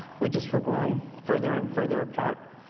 we just were growing further and further apart.